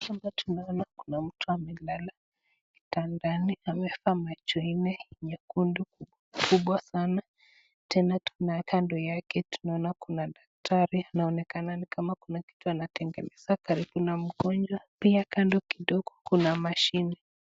Hapa tunaona kuna mtu amelala kitandani. Amevaa macho nne nyekundu kubwa sana tena kando yake tunaona kuna daktari, anaonekana ni kama kuna kitu anategeneza karibu na mgonjwa. Pia kando kidogo kuna mashini.